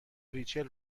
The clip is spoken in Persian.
ریچل